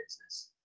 business